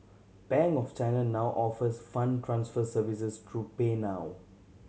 Bank of China now offers fund transfer services through PayNow